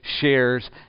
shares